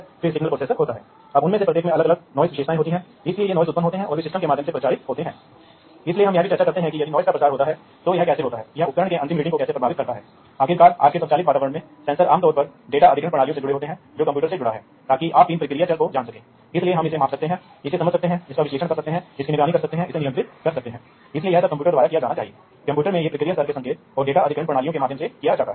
और स्वाभाविक रूप से हमारे पास है इसलिए फील्डबस में से एक आपके द्वारा उच्च गति और विश्वसनीय संचार के लाभों में से एक है इसलिए आप दोनों गति बढ़ाते हैं और आप विश्वसनीयता बढ़ाते हैं विश्वसनीयता डिजिटल संचार से आती है विश्वसनीयता विभिन्न प्रकार के विशेष से आती है फाइबर ऑप्टिक केबल जैसे मीडिया के प्रकार पुराने सिस्टम में उपयोग किए जाने वाले तारों की तुलना में फील्डबस प्रणाली में उपयोग किए जाते हैं